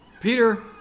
Peter